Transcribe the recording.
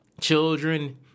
children